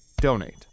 donate